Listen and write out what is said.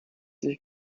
sich